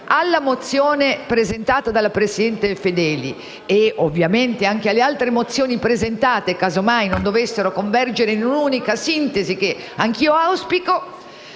alla mozione presentata dalla vice presidente Fedeli e, ovviamente anche alle altre mozioni presentate casomai non dovessero convergere in una unica sintesi, che anche io auspico,